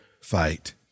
fight